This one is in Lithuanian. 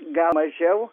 gal mažiau